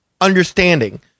understanding